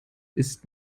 ist